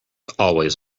always